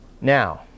Now